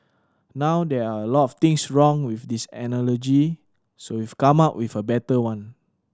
now there are a lot of things wrong with this analogy so we've come up with a better one